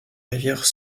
rivière